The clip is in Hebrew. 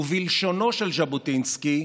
ובלשונו של ז'בוטינסקי: